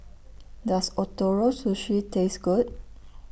Does Ootoro Sushi Taste Good